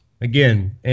Again